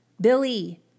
Billy